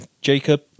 Jacob